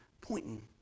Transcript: pointing